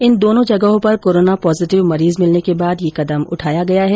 इन दोनों जगहों पर कोरोन पॉजिटिव मरीज मिलने के बाद ये कदम उठाया गया है